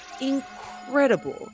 incredible